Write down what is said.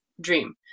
dream